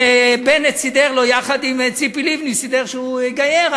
שבנט יחד עם ציפי לבני סידר שהוא יגייר,